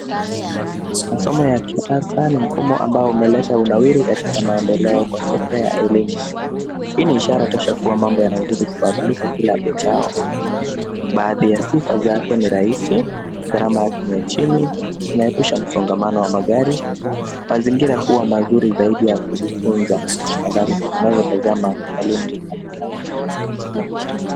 Masomo ya kisasa ni mfumo ambao umeleta unawiri katika maendeleo kwa sekta ya elimu. Hii ni ishara tosha kua mambo yanazidi kubadilika kila uchao. Baadhi ya sifa zake ni rahisi, gharama yake ni ya chini, inaepusha msongamano wa magari, mazingira huwa mazuri zaidi ya kujifunza, afadhali tunavyotazama walimu darasani.